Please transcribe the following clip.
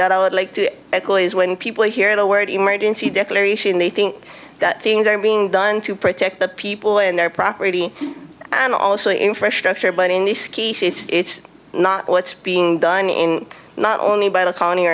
that i would like to echo is when people hear the word emergency declaration they think that things are being done to protect the people and their property and also infrastructure but in this case it's not what's being done in not only by the co